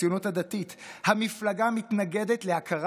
הציונות הדתית: "המפלגה מתנגדת להכרה